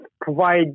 provide